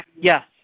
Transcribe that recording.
Yes